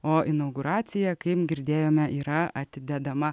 o inauguracija kaip girdėjome yra atidedama